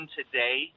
today